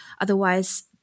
Otherwise